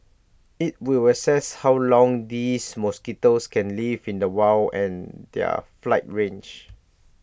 IT will assess how long these mosquitoes can live in the wild and their flight range